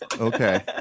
Okay